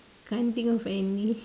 can't think of any